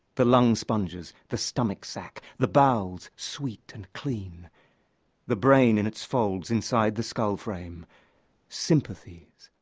the lung-sponges, the stomach-sac, the bowels sweet and clean the brain in its folds inside the skull-frame sympathies,